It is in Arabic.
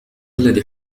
الذي